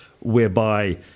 whereby